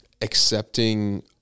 accepting